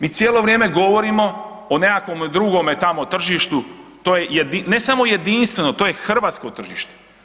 Mi cijelo vrijeme govorimo o nekakvom drugome tamo tržištu, to je ne samo jedinstveno, to je hrvatsko tržište.